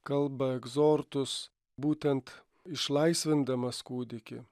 kalba egzortus būtent išlaisvindamas kūdikį